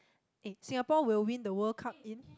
eh Singapore will win the World Cup in